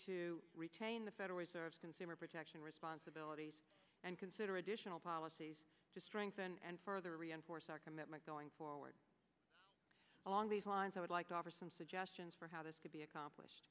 to retain the federal reserve's consumer protection responsibilities and consider additional policies to strengthen and further reinforce our commitment going forward along these lines i would like to offer some suggestions for how this could be accomplished